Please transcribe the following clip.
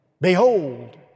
Behold